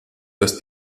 dass